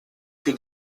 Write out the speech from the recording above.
que